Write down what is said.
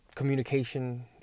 communication